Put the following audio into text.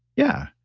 yeah,